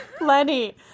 lenny